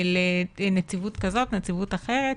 נציבות כזאת, נציבות אחרת.